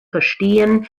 verstehen